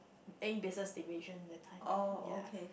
ink business division that time ya